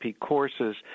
courses